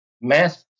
math